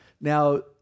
Now